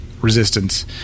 Resistance